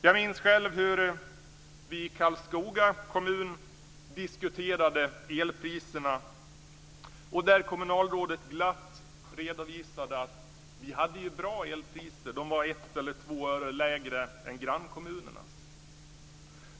Jag minns själv hur vi i Karlskoga kommun diskuterade elpriserna. Kommunalrådet redovisade glatt att vi hade bra elpriser eftersom de var 1 eller 2 öre lägre än grannkommunernas.